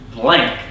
blank